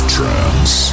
Trance